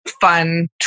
fun